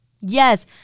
Yes